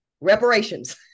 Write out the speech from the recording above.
Reparations